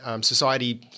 Society